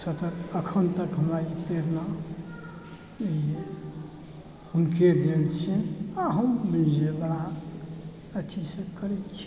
सतत एखन तक हमरा ई प्रेरणा हुनके देन छी आओर हम अथीसँ करै छी